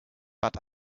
but